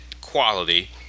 quality